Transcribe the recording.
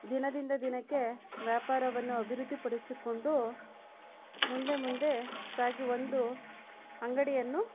ದಿನದಿಂದ ದಿನಕ್ಕೆ ವ್ಯಾಪಾರವನ್ನು ಅಭಿವೃದ್ಧಿ ಪಡಿಸಿಕೊಂಡು ಮುಂದೆ ಮುಂದೆ ಸಾಗಿ ಒಂದು ಅಂಗಡಿಯನ್ನು